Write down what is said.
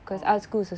oh